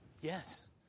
Yes